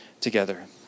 together